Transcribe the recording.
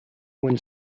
when